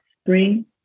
spring